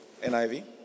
NIV